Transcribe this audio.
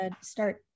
start